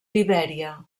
libèria